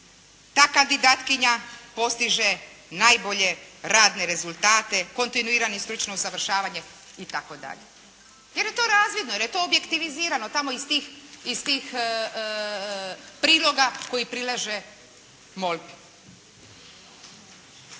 ta kandidatkinja postiže najbolje radne rezultate, kontinuirano i stručno usavršavanje i tako dalje. Jer je to razvidno, jer je to objektivizirano tamo iz tih, iz tih priloga koje prilaže molbi.